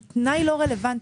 היא תנאי לא רלוונטי.